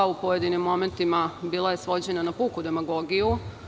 U pojedinim momentima bila svođena na puku demagogiju.